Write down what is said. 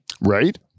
Right